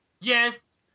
Yes